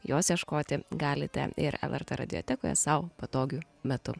jos ieškoti galite ir lrt radiotekoje sau patogiu metu